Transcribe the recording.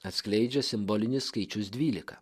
atskleidžia simbolinis skaičius dvylika